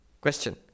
Question